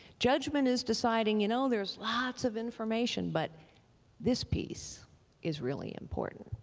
judgment is deciding, you know there's lots of information but this piece is really important,